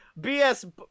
BS